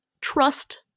trust